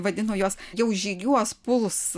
vadino juos jau žygiuos puls